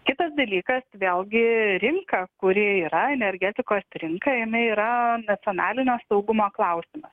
kitas dalykas vėlgi rinka kuri yra energetikos rinka jame yra nacionalinio saugumo klausimas